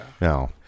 No